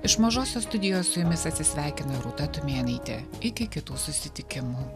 iš mažosios studijos su jumis atsisveikina rūta tumėnaitė iki kitų susitikimų